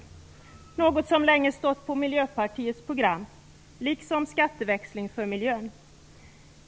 Det är något som länge stått på Miljöpartiets program, liksom skatteväxling för miljön.